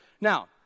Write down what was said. Now